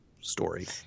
story